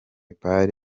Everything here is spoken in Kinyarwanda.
part